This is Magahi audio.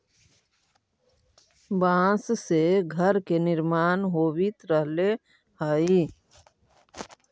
बाँस से घर के निर्माण होवित रहले हई